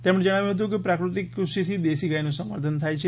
તેમણે જણાવ્યું હતું કે પ્રાકૃતિક કૃષિથી દેશી ગાયનું સંવર્ધન થાય છે